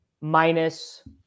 minus